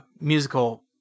musical